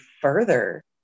further